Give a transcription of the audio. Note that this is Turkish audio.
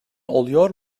oluyor